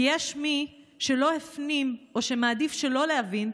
כי יש שמי שלא הפנים או שמעדיף שלא להבין,